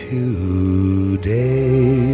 Today